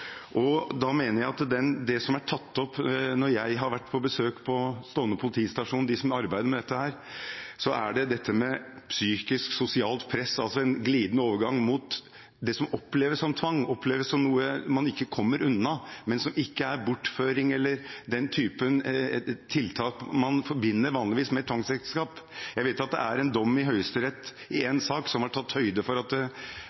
Da mener jeg at det som er tatt opp når jeg har vært på besøk på Stovner politistasjon, hos dem som arbeider med dette, gjelder dette med psykisk og sosialt press, altså en glidende overgang mot det som oppleves som tvang, oppleves som noe man ikke kommer unna, men som ikke er bortføring eller den type ting man vanligvis forbinder med tvangsekteskap. Jeg vet at det er en dom i Høyesterett i